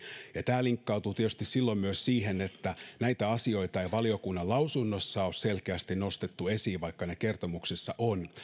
tämä linkkautuu silloin tietysti myös siihen että näitä asioita ei valiokunnan lausunnossa ole selkeästi nostettu esiin vaikka ne kertomuksessa on ja